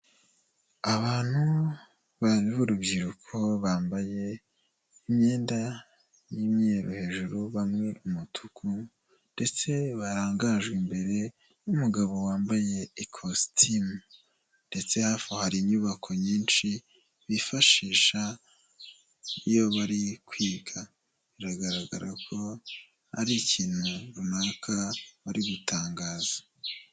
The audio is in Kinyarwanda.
Abantu b'urubyiruko bambaye imyenda y'imyero hejuru bamwe umutuku ndetse barangajwe imbere y'umugabo wambaye ikositimu; ndetse hafi hari inyubako nyinshi bifashisha iyo bari kwiga biragaragara ko hari ikintu runaka bari gutangaza.